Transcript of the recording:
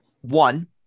One